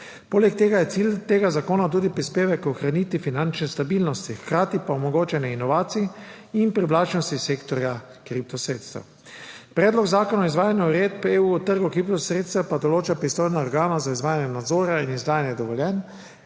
Poleg tega je cilj tega zakona tudi prispevek k ohranitvi finančne stabilnosti, hkrati pa omogočanje inovacij in privlačnosti sektorja kriptosredstev. Predlog zakona o izvajanju uredbe EU o trgu kriptosredstev pa določa pristojna organa za izvajanje nadzora in izdajanje dovoljenj,